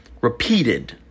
repeated